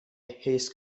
his